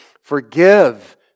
Forgive